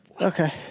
Okay